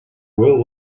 will